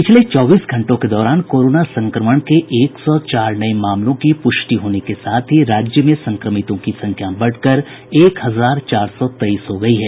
पिछले चौबीस घंटों के दौरान कोरोना संक्रमण के एक सौ चार नये मामलों की प्रष्टि होने के साथ ही राज्य में संक्रमितों की संख्या बढ़कर एक हजार चार सौ तेईस हो गयी है